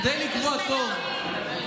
כדי לקבוע תור,